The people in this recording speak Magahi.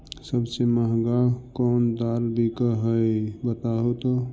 सबसे महंगा कोन दाल बिक है बताहु तो?